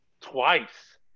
twice